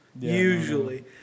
Usually